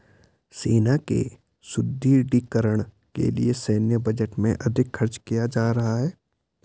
सेना के सुदृढ़ीकरण के लिए सैन्य बजट में अधिक खर्च किया जा रहा है